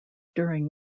during